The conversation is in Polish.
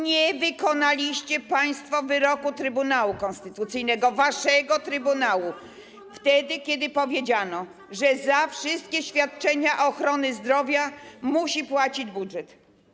Nie wykonaliście państwo wyroku Trybunału Konstytucyjnego, waszego trybunału, kiedy powiedziano, że za wszystkie świadczenia ochrony zdrowia musi płacić budżet.